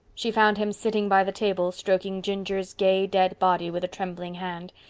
she found him sitting by the table, stroking ginger's gay dead body with a trembling hand.